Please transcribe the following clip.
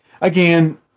again